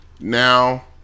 Now